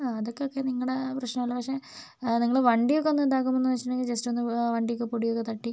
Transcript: അതൊക്കെ ഒക്കെ നിങ്ങളുടെ പ്രശ്നമുള്ളു പക്ഷെ നിങ്ങൾ വണ്ടി ഒക്കെ ഒന്ന് ഇതാകുമ്പോൾ എന്ന് വെച്ചിട്ടുണ്ടെങ്കിൽ ജസ്റ്റ് ഒന്ന് വണ്ടിയൊക്കെ പൊടി ഒക്കെ തട്ടി